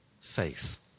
faith